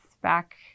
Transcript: back